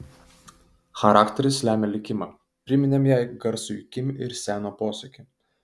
charakteris lemia likimą priminėm jai garsųjį kim ir seno posakį